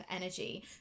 energy